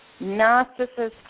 narcissist